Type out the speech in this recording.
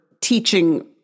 teaching